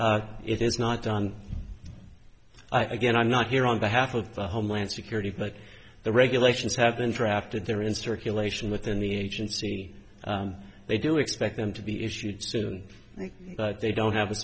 e it is not done i again i'm not here on behalf of the homeland security but the regulations have been trapped in there in circulation within the agency they do expect them to be issued soon but they don't have a